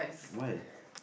why